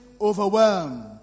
overwhelmed